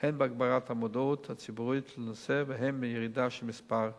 הן בהגברת המודעות הציבורית לנושא והן בירידה של מספר המתאבדים.